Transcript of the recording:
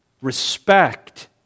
respect